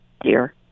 dear